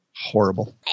Horrible